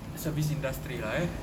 service industry lah eh